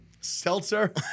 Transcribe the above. seltzer